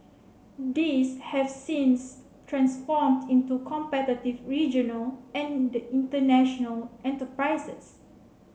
these have since transformed into competitive regional and international enterprises